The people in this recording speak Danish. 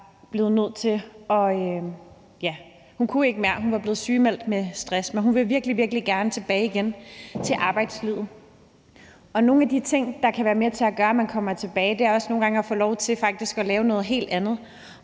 ikke kunne mere og var blevet sygemeldt med stress. Men hun vil virkelig, virkelig gerne tilbage til arbejdslivet. Nogle af de ting, der kan være med til at gøre, at man kommer tilbage, er også nogle gange faktisk at få lov til at lave noget helt andet,